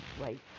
right